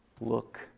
look